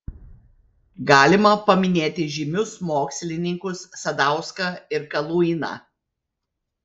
galima paminėti žymius mokslininkus sadauską ir kaluiną